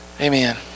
Amen